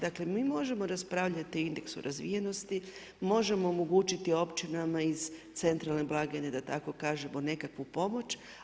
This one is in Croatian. Dakle, mi možemo raspravljati o indeksu razvijenosti, možemo omogućiti općinama iz centralne blagajne da tako kažemo nekakvu pomoć.